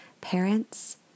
parents